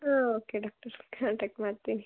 ಹಾಂ okay doctor ನಾನು check ಮಾಡ್ತೀನಿ